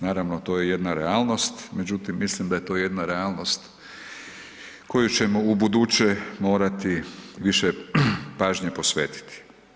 Naravno to je jedna realnost, međutim mislim da je to jedna realnost koju ćemo ubuduće morati više pažnje posvetiti.